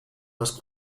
los